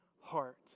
heart